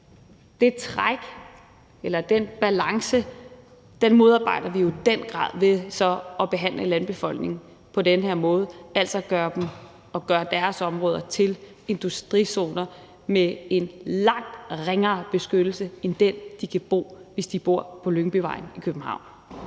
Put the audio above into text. det træk eller den balance modarbejder vi jo i den grad ved så at behandle landbefolkningen på den her måde, altså ved at gøre deres områder til industrizoner med en langt ringere beskyttelse end den, de kan opleve, hvis de bor på Lyngbyvejen i København.